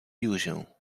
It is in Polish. józię